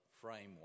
framework